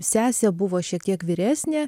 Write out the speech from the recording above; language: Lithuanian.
sesė buvo šiek tiek vyresnė